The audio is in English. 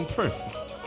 perfect